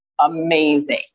amazing